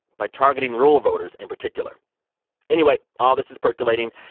by targeting rural voters in particular anyway, all this is percolating,